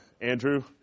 Andrew